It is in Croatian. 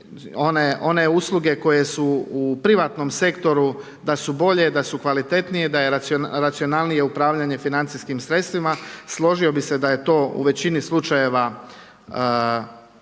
one usluge koje su u privatnom sektoru da su bolje, da su kvalitetnije, da je racionalnije upravljanje financijskim sredstvima. Složio bi se da je to u većini slučajeva tako.